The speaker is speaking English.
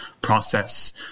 process